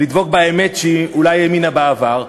לדבוק באמת שהיא אולי האמינה בה בעבר,